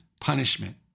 punishment